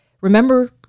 remember